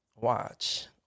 watch